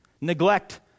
neglect